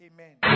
Amen